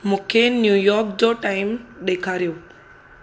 मुखे न्यूयॉक जो टाइम ॾेखारियो